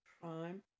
crime